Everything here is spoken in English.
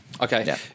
Okay